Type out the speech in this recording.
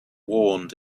warned